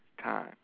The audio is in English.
time